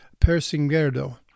Persingerdo